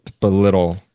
belittle